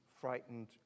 frightened